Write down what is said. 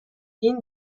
این